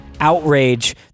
outrage